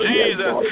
Jesus